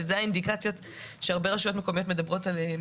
וזה האינדיקציות שהרבה רשויות מקומיות מדברות עליהן.